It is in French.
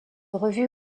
revue